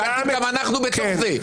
שאלתי אם גם אנחנו בתוך זה.